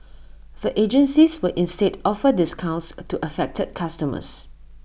the agencies will instead offer discounts to affected customers